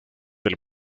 del